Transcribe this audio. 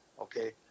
okay